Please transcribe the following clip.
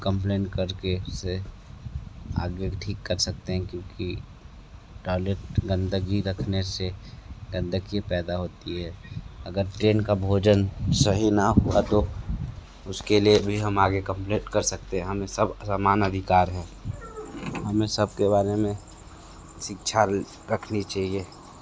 complain कर के उसे आगे ठीक कर सकते है क्योंकि टॉयलेट गंदगी रखने से गंदगी पैदा होती है अगर ट्रेन का भोजन सही ना हुआ तो उसके लिए भी हम आगे कंप्लेन कर सकते है हमें सब समान अधिकार है हमें सबके बारे में शिक्षा भी रखनी चाहिए